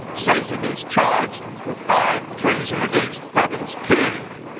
satan is charged with high treason against heaven's king.